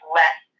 less